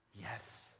yes